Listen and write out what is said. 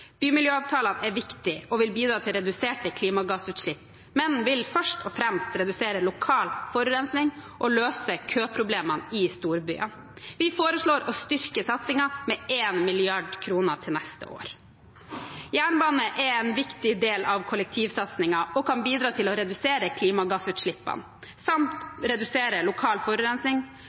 Bymiljøavtalene er viktige og vil bidra til reduserte klimagassutslipp, men vil først og fremst redusere lokal forurensing og løse køproblemene i storbyene. Vi foreslår å styrke satsingen med 1 mrd. kr til neste år. Jernbane er en viktig del av kollektivsatsingen og kan bidra til å redusere klimagassutslippene samt redusere lokal